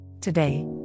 Today